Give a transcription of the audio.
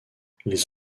les